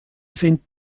sind